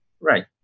right